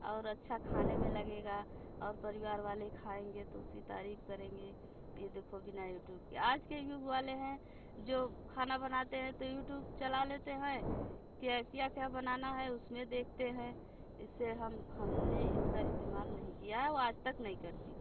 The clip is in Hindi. और अच्छा खाने में लगेगा और परिवार वाले खाएंगे तो उसकी तारीफ करेंगे ये देखो बिना यूटूब के आज के युग वाले हैं जो खाना बनाते हैं तो यूटूब चला लेते हैं कि क्या क्या बनाना है उसमें देखते हैं इससे हम हमने इसका इस्तेमाल नहीं किया है और आज तक नई करती हूँ